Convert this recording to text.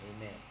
Amen